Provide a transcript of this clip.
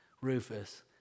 Rufus